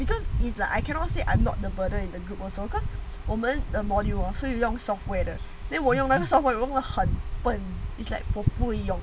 because is like I cannot say I'm not the burden in the group also because 我们 the module 所以 long software 那我用那个 software 很笨 it's like 不不一样